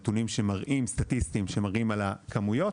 נתונים סטטיסטיים שמראים על הכמויות.